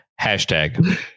Hashtag